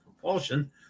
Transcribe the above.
propulsion